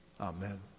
Amen